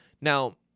Now